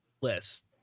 list